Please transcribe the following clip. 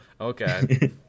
Okay